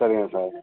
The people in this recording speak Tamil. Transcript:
சரிங்க சார்